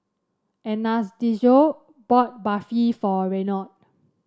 Anastacio bought Barfi for Reynold